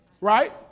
right